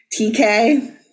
TK